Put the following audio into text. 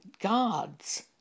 God's